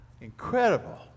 Incredible